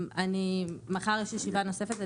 מחר יש ישיבה נוספת,